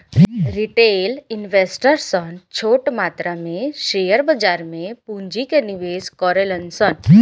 retail investor सन छोट मात्रा में शेयर बाजार में पूंजी के निवेश करेले सन